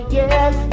yes